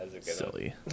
Silly